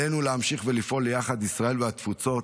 עלינו להמשיך לפעול יחד, ישראל והתפוצות,